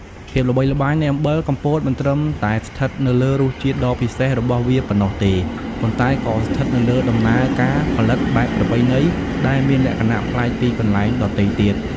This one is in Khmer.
ភាពល្បីល្បាញនៃអំបិលកំពតមិនត្រឹមតែស្ថិតនៅលើរសជាតិដ៏ពិសេសរបស់វាប៉ុណ្ណោះទេ ប៉ុន្តែក៏ស្ថិតនៅលើដំណើរការផលិតបែបប្រពៃណីដែលមានលក្ខណៈប្លែកពីកន្លែងដទៃទៀត។